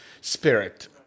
spirit